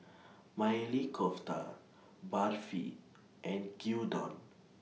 Maili Kofta Barfi and Gyudon